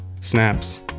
Snaps